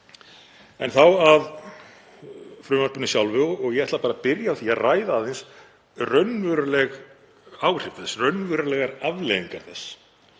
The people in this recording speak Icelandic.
En þá að frumvarpinu sjálfu. Ég ætla bara að byrja á því að ræða aðeins raunveruleg áhrif þess, raunverulegar afleiðingar þess.